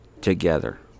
together